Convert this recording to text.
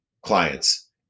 clients